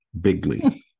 bigly